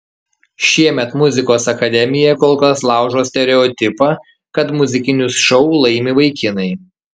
šiemet muzikos akademija kol kas laužo stereotipą kad muzikinius šou laimi vaikinai